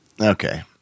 Okay